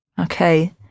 okay